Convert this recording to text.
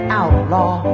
outlaw